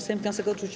Sejm wniosek odrzucił.